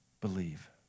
believe